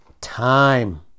Time